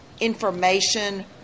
information